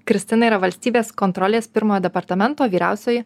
kristina yra valstybės kontrolės pirmojo departamento vyriausioji